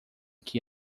que